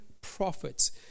prophets